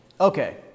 Okay